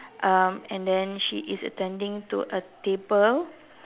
um and then she is attending to a table